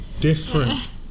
different